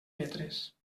metres